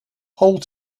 whole